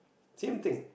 same thing